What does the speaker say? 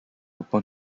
upon